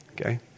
okay